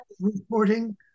reporting